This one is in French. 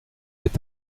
est